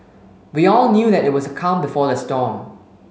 we all knew that it was the calm before the storm